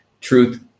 truth